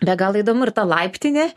be galo įdomu ir ta laiptinė